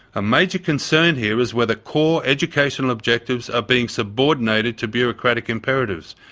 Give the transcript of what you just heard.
a major concern here is whether core educational objectives are being subordinated to bureaucratic imperatives,